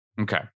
Okay